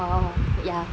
oh ya